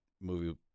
movie